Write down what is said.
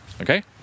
Okay